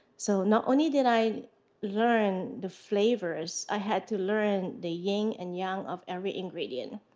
so not only did i learn the flavors, i had to learn the ying and yang of every ingredient.